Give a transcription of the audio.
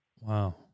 Wow